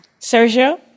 Sergio